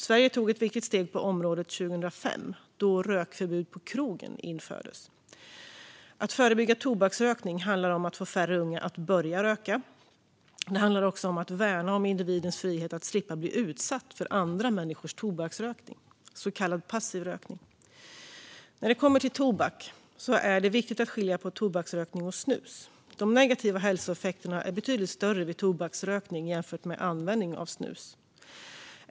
Sverige tog ett viktigt steg på området 2005, då rökförbud på krogen infördes. Att förebygga tobaksrökning handlar om att få färre unga att börja röka. Det handlar också om att värna om individens frihet att slippa bli utsatt för andra människors tobaksrökning, så kallad passiv rökning. När det kommer till tobak är det viktigt att skilja på tobaksrökning och snusning. De negativa hälsoeffekterna är betydligt större vid tobaksrökning än vid användning av snus.